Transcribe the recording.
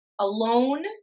alone